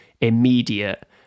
immediate